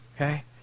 okay